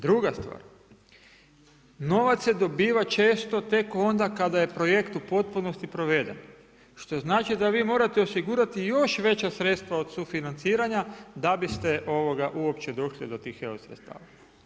Druga stvar, novac se dobiva često tek onda kada je projekt u potpunosti proveden što znači da vi morate osigurati još veća sredstva od sufinanciranja da bi ste uopće došli do tih EU sredstava.